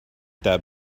that